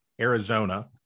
Arizona